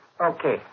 okay